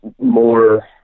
more